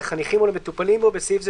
לחניכים או למטופלים בו (בסעיף זה,